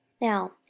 now